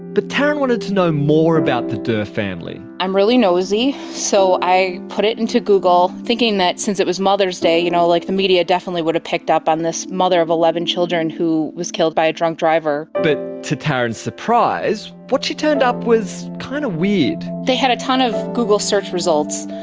but taryn wanted to know more about the dirr family. i'm really nosey, so i put it into into google, thinking that since it was mother's day, you know like the media definitely would have picked up on this mother of eleven children who was killed by a drunk driver. but to taryn's surprise, what she turned up was kind of weird. they had a tonne of google search results,